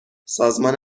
سازمان